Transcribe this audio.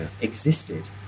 existed